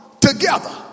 together